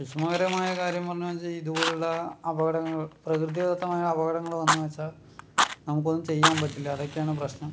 വിഷമകരമായ കാര്യം പറഞ്ഞു വെച്ചാൽ ഇതുപോലുള്ള അപകടങ്ങൾ പ്രകൃതിദത്തമായ അപകടങ്ങൾ വന്നു വെച്ചാൽ നമുക്ക് ഒന്നും ചെയ്യാൻ പറ്റില്ല അതൊക്കെയാണ് പ്രശ്നം